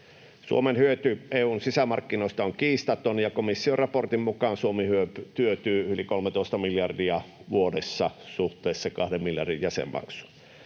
Suomen hyöty EU:n sisämarkkinoista on kiistaton, ja komission raportin mukaan Suomi hyötyy yli 13 miljardia vuodessa suhteessa 2 miljardin jäsenmaksuun.